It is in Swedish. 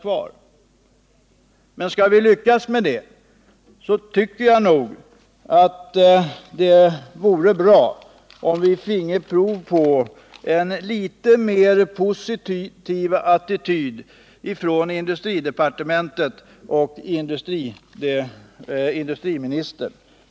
För att vi skall lyckas med detta vore det bra om vi finge prov på en litet mer positiv attityd från industridepartementets och industriministerns sida.